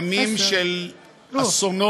ימים של אסונות